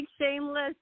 shameless